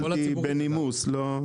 תודה.